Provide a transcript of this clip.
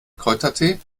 kräutertee